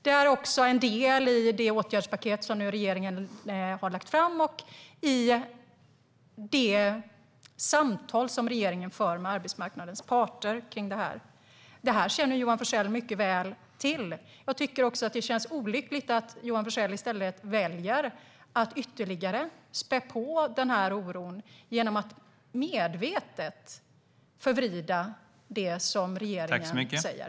Det är också en del i det åtgärdspaket som regeringen nu har lagt fram och i de samtal som regeringen för med arbetsmarknadens parter kring detta. Det här känner Johan Forssell mycket väl till, och jag tycker att det är olyckligt att Johan Forssell i stället väljer att ytterligare spä på oron genom att medvetet förvrida det regeringen säger.